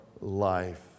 life